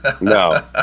No